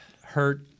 hurt